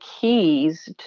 keys